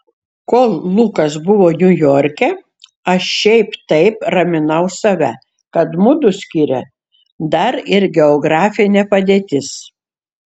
kol lukas buvo niujorke aš šiaip taip raminau save kad mudu skiria dar ir geografinė padėtis